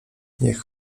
niech